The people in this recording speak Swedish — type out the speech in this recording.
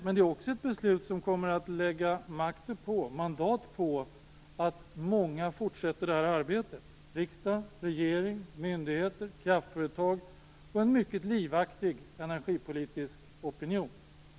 Men det är också ett beslut som ger mandat för många att fortsätta arbetet: riksdag, regering, myndigheter, kraftföretag och en mycket livaktig energipolitisk opinion.